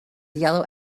yellow